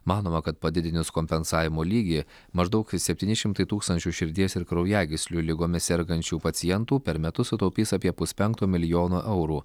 manoma kad padidinus kompensavimo lygį maždaug septyni šimtai tūkstančių širdies ir kraujagyslių ligomis sergančių pacientų per metus sutaupys apie puspenkto milijono eurų